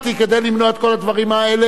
כדי למנוע את כל הדברים האלה,